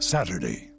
Saturday